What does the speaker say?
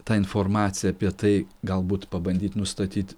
ta informacija apie tai galbūt pabandyt nustatyt